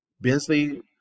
Bensley